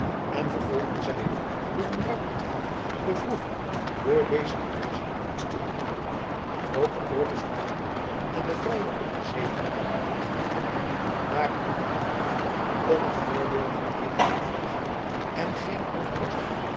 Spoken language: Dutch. en vergolden zij hun door een ruim onthaal de vroegere door deze bewezene diensten ook de poorters van haarlem en de vrije opgezetenen der omliggende dorpen waren niet achterlijk om het voorbeeld der edelen te volgen en geen hunner was er